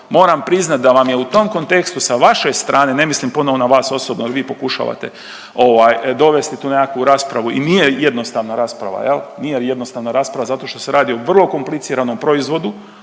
Moram priznat da vam je u tom kontekstu sa vaše strane, ne mislim ponovo na vas osobno jel vi pokušavate ovaj dovesti tu nekakvu raspravu i nije jednostavna rasprava jel, nije jednostavna rasprava zato što se radi o vrlo kompliciranom proizvodu,